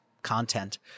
content